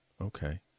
okay